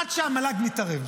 עד שהמל"ג מתערב,